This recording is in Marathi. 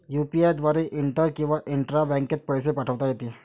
यु.पी.आय द्वारे इंटर किंवा इंट्रा बँकेत पैसे पाठवता येते